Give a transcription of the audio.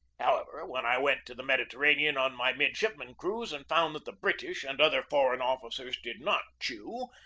however, when i went to the mediterranean on my midshipman cruise and found that the british and other foreign officers did not chew,